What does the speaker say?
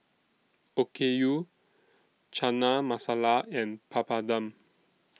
Okayu Chana Masala and Papadum